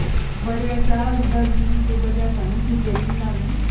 बरें आसा उदक बीन अशें बरें आसा न्हू सुकें बीन ना न्हू